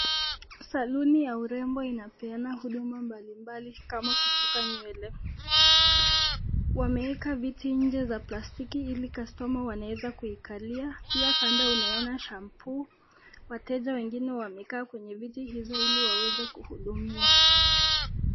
Saluni ya urembo inapeana huduma mbalimbali kama kusuka nywele. Wameeka nje viti ya plastiki ili customer wanaweza kuikalia pia kando unainona shampoo . Wateja wengine wamekaa kwenye viti hizo ili waweze kuhudumiwa.